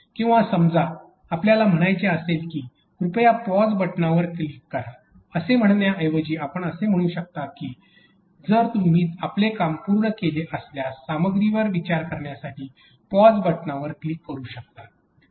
किंवा समजा आपल्याला म्हणायचे असेल की कृपया पॉज बटणावर क्लिक करा असे म्हणण्याऐवजी आपण असे म्हणू शकतो की जर तुम्ही आपले काम पूर्ण केले असल्यास सामग्रीवर विचार करण्यासाठी पॉज बटणावर क्लिक करू शकता